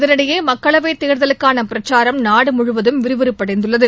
இதனிடையே மக்களவைதேர்தலுக்கானபிரச்சாரம் நாடுமுழுவதும் விறுவிறுப்படைந்துள்ளது